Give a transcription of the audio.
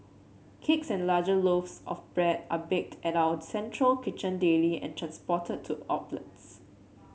cakes and larger loaves of bread are baked at our central kitchen daily and transported to outlets